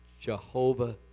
Jehovah